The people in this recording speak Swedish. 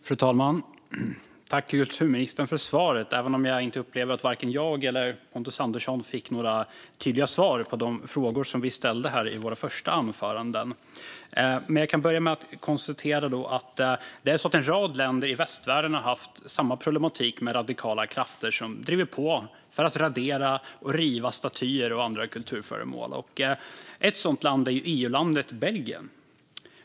Fru talman! Jag tackar kulturministern för svaret, även om jag upplever att varken jag eller Pontus Andersson fick några tydliga svar på de frågor vi ställde i våra första anföranden. En rad länder i västvärlden har haft problem med att radikala krafter driver på för att riva och plocka bort statyer och andra kulturföremål. Ett sådant land är EU-landet Belgien.